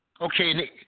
okay